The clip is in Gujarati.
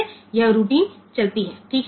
તેથી આ રીતે આ રૂટિન ચાલુ રહે છે બરાબર